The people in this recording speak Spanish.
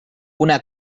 una